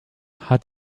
hat